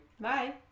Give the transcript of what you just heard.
bye